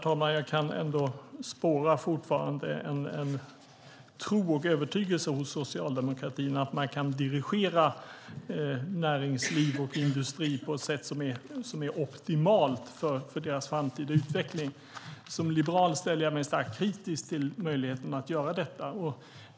Herr talman! Jag kan fortfarande ändå spåra en tro och övertygelse hos Socialdemokraterna att man kan dirigera näringsliv och industri på ett sätt som är optimalt för deras framtida utveckling. Som liberal ställer jag mig starkt kritisk till möjligheten att göra detta.